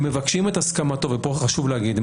הם מבקשים את הסכמתו וכאן חשוב לומר את זה